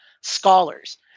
scholars